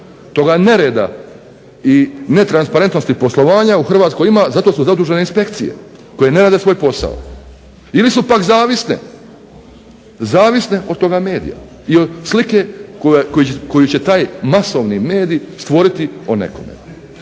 toga nereda i netransparentnosti poslovanja u Hrvatskoj ima, za to su zadužene inspekcije koje ne rade svoj posao. Ili su pak zavisne od toga medija i od slike koju će taj masovni medij stvoriti o nekome.